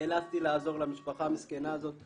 נאלצתי לעזור למשפחה המסכנה הזאת.